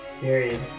Period